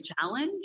challenge